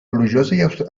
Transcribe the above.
plujosa